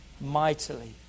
mightily